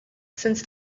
since